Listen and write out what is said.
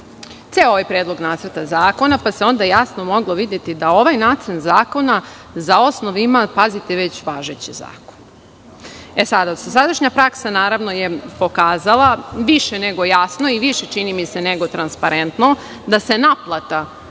ceo ovaj Predlog nacrta zakona, pa se onda jasno moglo videti da ovaj nacrt zakona za osnov ima, pazite već važeći zakon.E sada, dosadašnja praksa je pokazala, više nego jasno i više čini mi se nego transparentno, da se naplata,